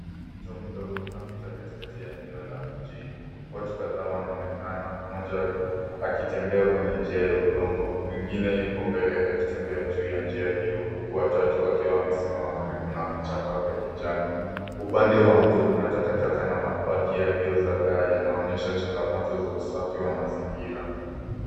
Mto mdogo unapita katikati ya eneo la mijini. Watu kadhaa wanaonekana, moja akitembea kwenye njia ya udongo, mwengine yupo mbele akitembea juu ya njia hiyo huku wa tatu akiwa amesimama karibu na vichaka vya kijani. Upande wa mto kuna taka na mabakio yaliyozagaa yanaonyesha changamoto za usafi wa mazingira.